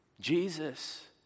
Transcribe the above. Jesus